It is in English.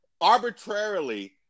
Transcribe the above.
arbitrarily